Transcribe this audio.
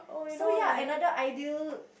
so ya another ideal